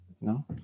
no